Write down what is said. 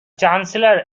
chancellor